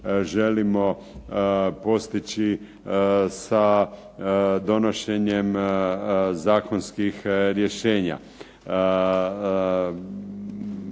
želimo postići sa donošenjem zakonskih rješenja.